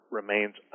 remains